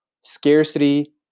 scarcity